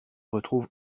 retrouve